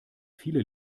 viele